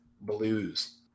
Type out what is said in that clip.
blues